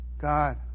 God